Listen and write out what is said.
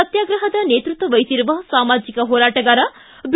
ಸತ್ಯಾಗ್ರಹದ ನೇತೃತ್ವ ವಹಿಸಿರುವ ಸಾಮಾಜಿಕ ಹೋರಾಟಗಾರ ಬಿ